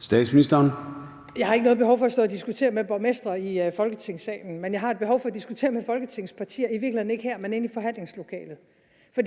Frederiksen): Jeg har ikke noget behov for at stå og diskutere med borgmestre i Folketingssalen, men jeg har et behov for at diskutere med Folketingets partier – i virkeligheden ikke her, men inde i forhandlingslokalet. For